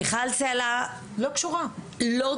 פורום מיכל סלה לא קשור לדיגיטלי,